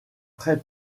très